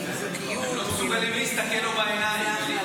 עם זוגיות --- אתם לא מסוגלים להסתכל לו בעיניים.